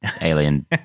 Alien